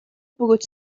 pogut